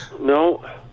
No